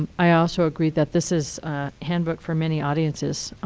um i also agree that this is a handbook for many audiences.